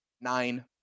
Nine